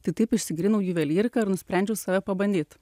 tai taip išsigryninau juvelyriką ir nusprendžiau save pabandyt